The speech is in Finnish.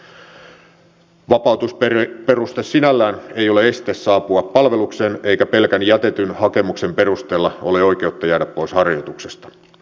vapautusperuste sinällään ei ole este saapua palvelukseen eikä pelkän jätetyn hakemuksen perusteella ole oikeutta jäädä pois harjoituksesta